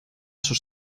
sus